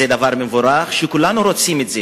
זה דבר מבורך, שכולנו רוצים בו.